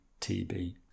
TB